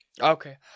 Okay